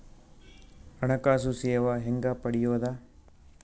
ಹಣಕಾಸು ಸೇವಾ ಹೆಂಗ ಪಡಿಯೊದ?